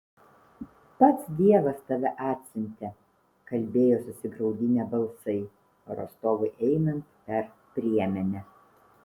pats dievas tave atsiuntė kalbėjo susigraudinę balsai rostovui einant per priemenę